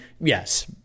yes